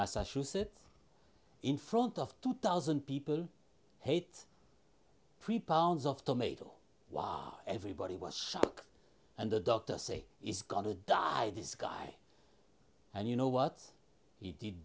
massachusetts in front of two thousand people hate prepare of tomato wow everybody was shocked and the doctors say it's going to died this guy and you know what he did